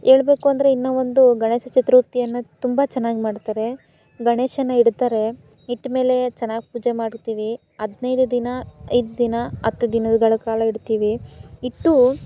ಹೇಳ್ಬೇಕು ಅಂದರೆ ಇನ್ನೂ ಒಂದು ಗಣೇಶ ಚತುರ್ಥಿಯನ್ನ ತುಂಬ ಚೆನ್ನಾಗಿ ಮಾಡ್ತಾರೆ ಗಣೇಶನ ಇಡ್ತಾರೆ ಇಟ್ಟ ಮೇಲೆ ಚೆನ್ನಾಗಿ ಪೂಜೆ ಮಾಡುತ್ತೀವಿ ಹದಿನೈದು ದಿನ ಐದು ದಿನ ಹತ್ತು ದಿನಗಳ ಕಾಲ ಇಡ್ತೀವಿ ಇಟ್ಟು